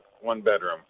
one-bedroom